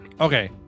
Okay